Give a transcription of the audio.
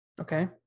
okay